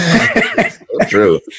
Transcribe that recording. True